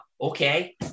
Okay